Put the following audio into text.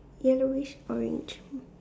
yellowish orange